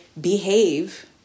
behave